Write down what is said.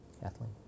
Kathleen